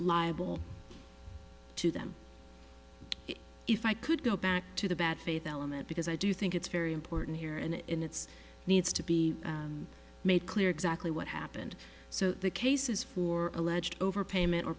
liable to them if i could go back to the bad faith element because i do think it's very important here and it's needs to be made clear exactly what happened so the cases for alleged overpayment or